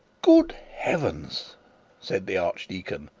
good heavens said the archdeacon,